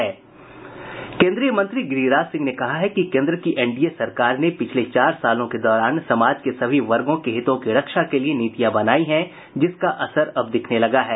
केन्द्रीय मंत्री गिरिराज सिंह ने कहा है कि केन्द्र की एनडीए सरकार ने पिछले चार सालों के दौरान समाज के सभी वर्गों के हितों की रक्षा के लिए नीतियां बनायी जिसका असर अब दिखने लगा है